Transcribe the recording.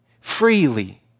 freely